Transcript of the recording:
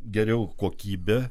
geriau kokybę